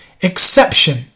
Exception